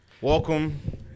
welcome